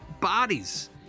bodies